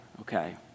okay